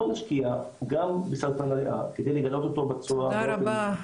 בואו נשקיע גם בסרטן הריאה כדי לגלות אותו --- תודה רבה,